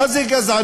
מה זה גזענות?